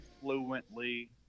fluently